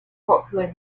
popular